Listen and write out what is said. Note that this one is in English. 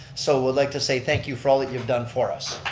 so we'd like to say thank you for all that you've done for us.